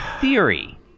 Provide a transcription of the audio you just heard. theory